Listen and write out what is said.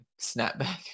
snapback